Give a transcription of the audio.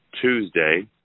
Tuesday